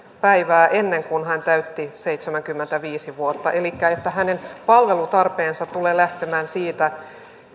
päivää ennen kuin hän täytti seitsemänkymmentäviisi vuotta elikkä että hänen palvelutarpeensa tulee lähtemään siitä